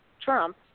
Trump